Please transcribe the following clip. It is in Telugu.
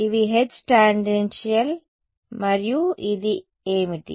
ఇవి H టాంజెన్షియల్ మరియు ఇది ఏమిటి